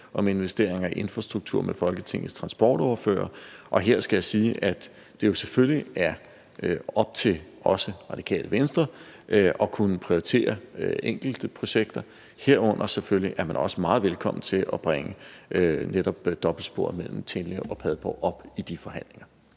om investeringer i infrastruktur med Folketingets transportordførere. Og her skal jeg sige, at det jo selvfølgelig er op til også Radikale Venstre at kunne prioritere enkelte projekter; herunder er man selvfølgelig også meget velkommen til at bringe netop dobbeltsporet mellem Tinglev og Padborg op i de forhandlinger.